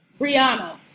Brianna